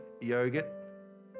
yogurt